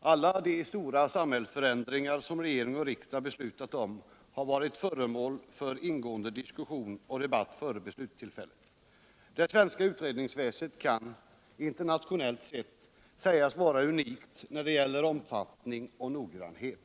Alla de stora samhällsförändringar som regering och riksdag beslutat om har varit föremål för ingående diskussion och debatt före beslutstillfället. Det svenska utredningsväsendet kan — internationellt sett — sägas vara unikt när det gäller omfattning och noggrannhet.